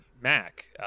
Mac